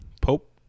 Pope